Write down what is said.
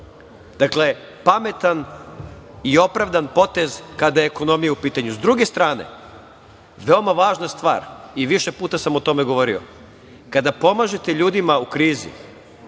Dakle, pametan i opravdan potez kada je ekonomija u pitanju. Sa druge strane, veoma važna stvar i više puta sam o tome govorio, kada pomažete ljudima u krizi,